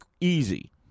easy